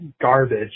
garbage